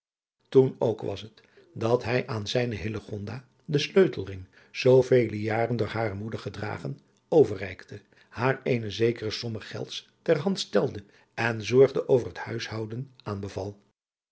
toen ook was het dat hij aan zijne hillegonda den sleutelring zoovele jaren door hare moeder gedragen overreikte haar eene zekere fomme gelds ter hand stelde en zorge over het huishouden aanbeval